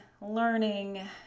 learning